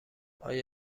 آیا